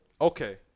Okay